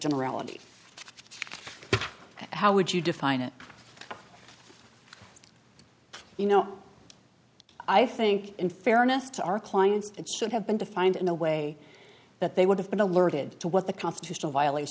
generality how would you define it you know i think in fairness to our clients it should have been defined in a way that they would have been alerted to what the constitutional violat